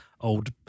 old